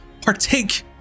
partake